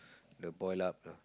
the boil up lah